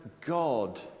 god